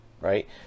Right